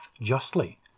justly